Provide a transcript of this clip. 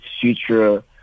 future